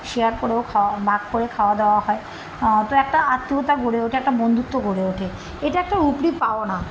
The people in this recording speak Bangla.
শেয়ার করেও খাওয়া ভাগ করে খাওয়া দাওয়া হয় তো একটা আত্মীরতা গড়ে ওঠে একটা বন্ধুত্ব গড়ে ওঠে এটা একটা উপরি পাওনা